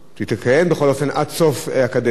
אבל יש חשיבות לאי-בהירות הזאת,